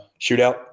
shootout